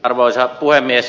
arvoisa puhemies